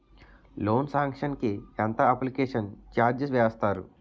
Loan sanction కి ఎంత application charge వేస్తారు?